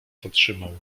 zatrzymał